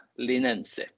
Linense